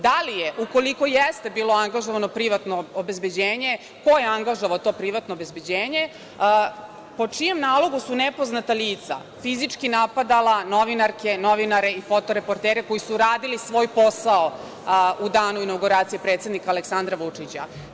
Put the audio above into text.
Da li je, ukoliko jeste bilo angažovano privatno obezbeđenje, ko je angažovao to privatno obezbeđenje, po čijem nalogu su nepoznata lica fizički napadala novinarke, novinare i foto-reportere koji su radili svoj posao u danu inaguracije predsednika Aleksandra Vučića.